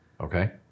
Okay